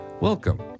Welcome